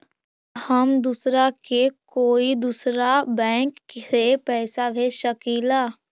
का हम दूसरा के कोई दुसरा बैंक से पैसा भेज सकिला?